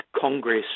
congress